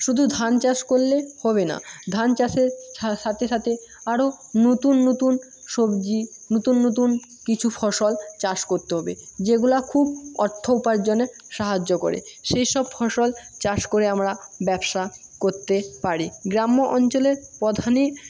শুধু ধান চাষ করলে হবে না ধান চাষের সাথে সাথে আরো নতুন নতুন সবজি নতুন নতুন কিছু ফসল চাষ করতে হবে যেগুলা খুব অর্থ উপার্জনে সাহায্য করে সেই সব ফসল চাষ করে আমরা ব্যবসা করতে পারি গ্রাম্য অঞ্চলের প্রধানই